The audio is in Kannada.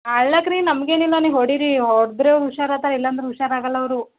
ಹಾಳಕ್ ರೀ ನಮಗೇನಿಲ್ಲ ನೀವು ಹೋಡಿರಿ ಹೋಡೆದ್ರೆ ಅವ್ರು ಹುಷಾರಾತರೆ ಇಲ್ಲಾಂದ್ರೆ ಹುಷಾರಾಗಲ್ಲ ಅವರು